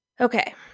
Okay